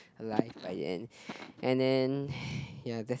alive by then and then ya that's